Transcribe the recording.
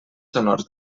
sonors